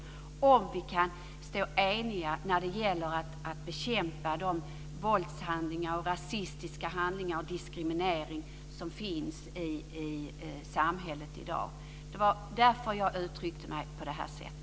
Det gäller för oss att stå eniga i kampen mot våld och rasistiska handlingar och mot den diskriminering som finns i samhället i dag. Det var därför som jag uttryckte mig på detta sätt.